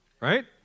right